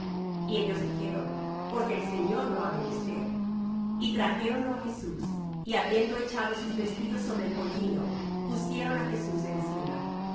y ellos dijeron porque el señor lo ha menester y trajéronlo á jesús y habiéndo echado sus vestidos sobre el pollino pusieron á jesús encima